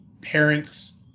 parents